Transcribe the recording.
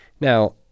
Now